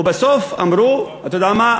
ובסוף אמרו: אתה יודע מה,